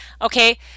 okay